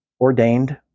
ordained